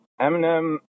Eminem